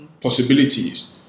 possibilities